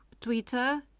Twitter